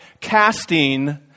casting